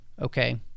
okay